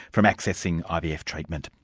from accessing ivf treatment.